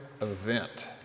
event